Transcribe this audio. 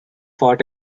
fought